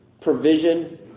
provision